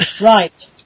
Right